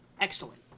Excellent